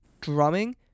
drumming